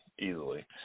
Easily